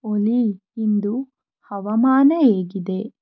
ಒಲಿ ಇಂದು ಹವಾಮಾನ ಹೇಗಿದೆ